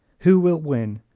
who will win?